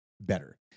better